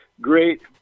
great